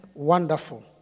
Wonderful